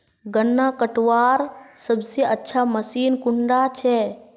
गन्ना कटवार सबसे अच्छा मशीन कुन डा छे?